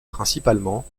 principalement